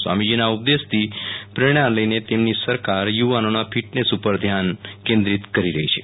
સ્વામીના આ ઉપદેશથી પ્રેરણા લઈને તેમની સરકાર યુવાનોના ફીટનેશ ઉપર ધ્યાન કેન્દ્રિત કરી રહી છે